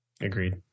Agreed